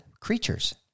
creatures